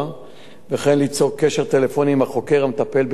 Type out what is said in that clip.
וכן ליצור קשר טלפוני עם החוקר המטפל בתיק החקירה.